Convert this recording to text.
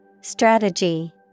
Strategy